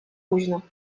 późno